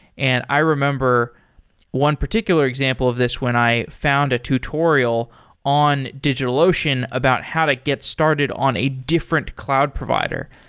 and i remember one particular example of this when i found a tutorial in digitalocean about how to get started on a different cloud provider.